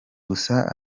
gusa